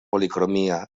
policromia